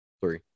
Three